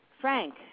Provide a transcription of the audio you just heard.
Frank